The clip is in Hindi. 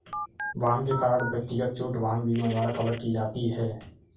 वाहन के कारण व्यक्तिगत चोट वाहन बीमा द्वारा कवर की जाती है